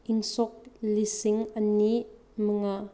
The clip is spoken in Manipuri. ꯏꯪ ꯁꯣꯛ ꯂꯤꯁꯤꯡ ꯑꯅꯤ ꯃꯉꯥ